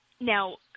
Now